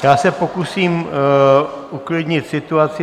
Já se pokusím uklidnit situaci.